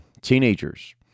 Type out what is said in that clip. teenagers